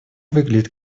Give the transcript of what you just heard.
выглядит